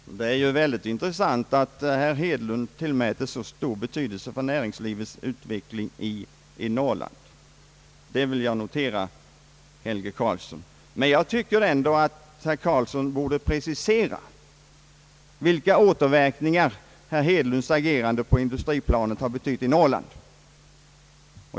Herr talman! Det är väldigt intressant att herr Hedlunds åtgärder tillmäts så stor betydelse för näringslivets utveckling i Norrland. Jag tycker dock att herr Karlsson borde precisera vilka återverkningar herr Hedlunds agerande på industriplanet har fått i Norrland.